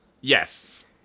yes